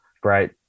Great